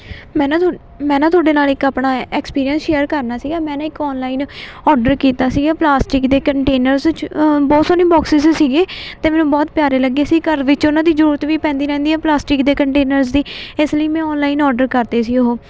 ਮੈਂ ਨਾ ਥੋ ਮੈਂ ਨਾ ਤੁਹਾਡੇ ਨਾਲ ਇੱਕ ਆਪਣਾ ਐਕਸਪੀਰੀਅੰਸ ਸ਼ੇਅਰ ਕਰਨਾ ਸੀਗਾ ਮੈਂ ਨਾ ਇੱਕ ਔਨਲਾਈਨ ਔਰਡਰ ਕੀਤਾ ਸੀਗਾ ਪਲਾਸਟਿਕ ਦੇ ਕੰਟੇਨਰਸ ਜ ਬਹੁਤ ਸੋਹਣੇ ਬੋਕਸ 'ਚ ਸੀਗੀ ਅਤੇ ਮੈਨੂੰ ਬਹੁਤ ਪਿਆਰੇ ਲੱਗੇ ਸੀ ਘਰ ਵਿੱਚ ਉਹਨਾਂ ਦੀ ਜ਼ਰੂਰਤ ਵੀ ਪੈਂਦੀ ਰਹਿੰਦੀ ਆ ਪਲਾਸਟਿਕ ਦੇ ਕੰਟੇਨਰਸ ਦੀ ਇਸ ਲਈ ਮੈਂ ਔਨਲਾਈਨ ਔਰਡਰ ਕਰਤੇ ਸੀ ਉਹ